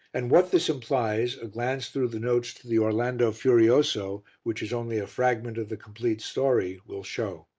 and what this implies a glance through the notes to the orlando furioso, which is only a fragment of the complete story, will show.